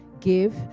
give